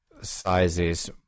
sizes